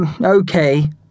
okay